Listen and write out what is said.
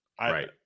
Right